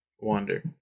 wander